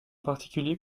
particulier